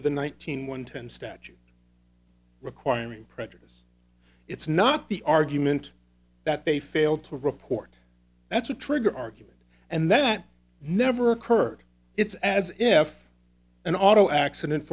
to the one thousand one ten statute requiring prejudice it's not the argument that they failed to report that's a trigger argument and that never occurred it's as if an auto accident